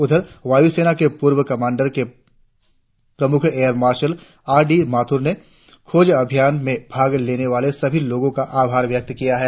उधर वायुसेना के पूर्व एयर कमांड के प्रमुख air marshal R D Mathur ने खोज अभियान में भाग लेने वाले सभी लोगो का आभार व्यक्त किया है